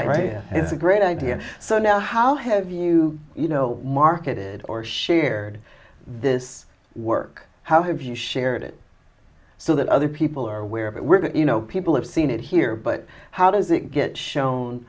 it's a great idea and so now how have you you know marketed or shared this work how have you shared it so that other people are aware of it were that you know people have seen it here but how does it get shown